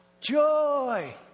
Joy